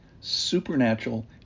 supernatural